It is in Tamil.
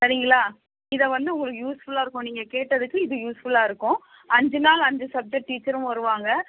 சரிங்களா இதை வந்து உங்களுக்கு யூஸ்ஃபுல்லாக இருக்கும் நீங்கள் கேட்டதுக்கு இது யூஸ்ஃபுல்லாக இருக்கும் அஞ்சு நாள் அஞ்சு சப்ஜக்ட் டீச்சரும் வருவாங்கள்